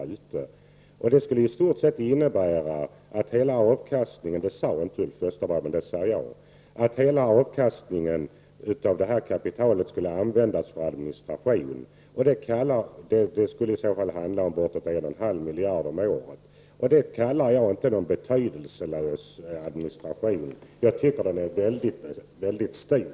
Detta skulle i stort sett innebära att hela avkastningen — det sade inte Ulf Westerberg, men det säger jag — av kapitalet skulle användas för administration. Det skulle i så fall handla om ungefär 1,5 miljarder kronor om året. Det kallar inte jag en betydelselös administration. Jag tycker att den är mycket stor.